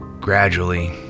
gradually